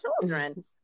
children